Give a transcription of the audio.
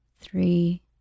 three